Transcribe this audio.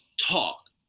talk